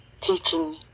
teaching